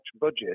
budget